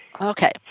Okay